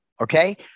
okay